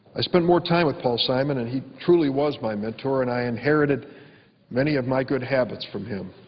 i spent more time with paul simon, and he truly was my mentor and i inherited many of my good habits from him,